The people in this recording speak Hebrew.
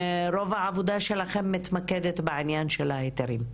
רוב העבודה שלכם מתמקדת בעניין של ההיתרים,